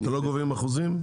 אתם לא גובים אחוזים?